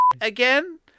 again